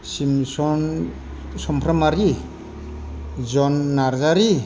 Simson सुम्फ्रामारि जन नार्जारि